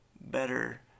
better